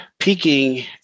Peaking